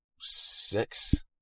six